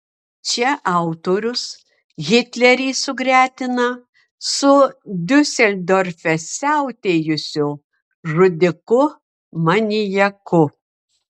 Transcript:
čia autorius hitlerį sugretina su diuseldorfe siautėjusiu žudiku maniaku